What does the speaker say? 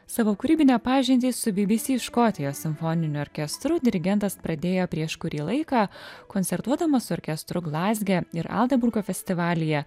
savo kūrybinę pažintį su bbc škotijos simfoniniu orkestru dirigentas pradėjo prieš kurį laiką koncertuodamas su orkestru glazge ir aldeburgo festivalyje